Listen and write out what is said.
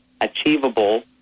achievable